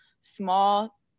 small